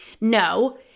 No